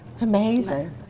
Amazing